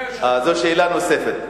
זאת שאלה נוספת.